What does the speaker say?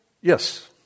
Yes